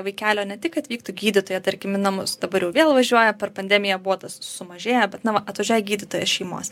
vaikelio ne tik atvyktų gydytoja tarkim į namus dabar jau vėl važiuoja per pandemiją buvo tas sumažėję bet na va atvažiuoja gydytoja šeimos